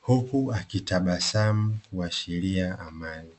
huku akitabasamu kuashiria amani.